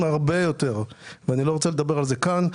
הרבה יותר; אני לא רוצה לדבר על זה כאן.